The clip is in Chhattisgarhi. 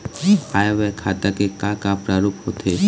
आय व्यय खाता के का का प्रारूप होथे?